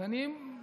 אז אני מציע,